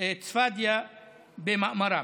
צפדיה במאמרם.